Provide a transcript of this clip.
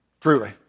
Truly